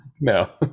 No